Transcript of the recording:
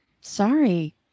Sorry